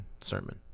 sermon